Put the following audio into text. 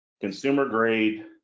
consumer-grade